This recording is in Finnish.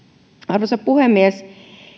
arvoisa puhemies